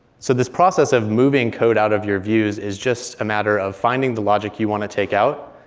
so this process of moving code out of your views is just a matter of finding the logic you want to take out,